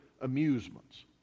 amusements